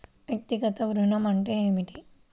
వ్యక్తిగత ఋణం అంటే ఏమిటి?